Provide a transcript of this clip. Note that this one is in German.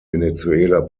venezuela